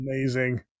amazing